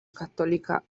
cattolica